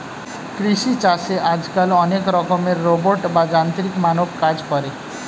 কৃষি চাষে আজকাল অনেক রকমের রোবট বা যান্ত্রিক মানব কাজ করে